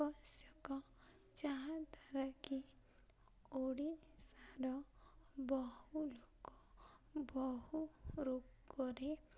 ଆବଶ୍ୟକ ଯାହାଦ୍ୱାରା କିି ଓଡ଼ିଶାର ବହୁ ଲୋକ ବହୁ ରୋଗରେ